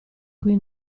cui